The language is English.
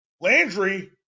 Landry